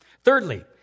Thirdly